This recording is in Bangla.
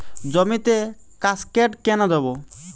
জমিতে কাসকেড কেন দেবো?